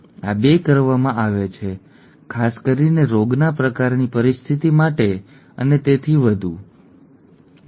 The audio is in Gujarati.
આ 2 કરવામાં આવે છે ખાસ કરીને રોગના પ્રકારની પરિસ્થિતિ માટે અને તેથી વધુ ઠીક છે